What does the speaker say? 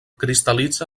cristal·litza